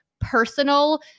personal